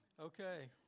Okay